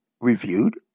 reviewed